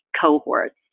cohorts